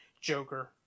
Joker